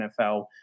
NFL